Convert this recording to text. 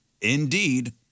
indeed